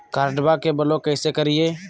कार्डबा के ब्लॉक कैसे करिए?